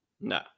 No